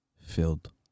filled